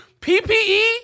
PPE